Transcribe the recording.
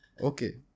Okay